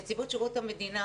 נציבות שירות המדינה